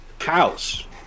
House